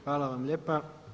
Hvala vam lijepa.